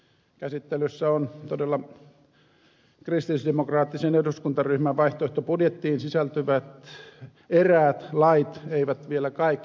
käsittelyssä ovat todella kristillisdemokraattisen eduskuntaryhmän vaihtoehtobudjettiin sisältyvät eräät lait eivät vielä kaikki